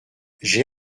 j’ai